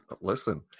listen